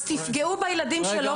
אז תפגעו בילדים שלא קיבלו,